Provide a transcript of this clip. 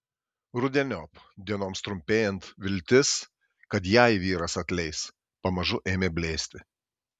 rudeniop dienoms trumpėjant viltis kad jai vyras atleis pamažu ėmė blėsti